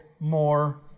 more